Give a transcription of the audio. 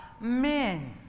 men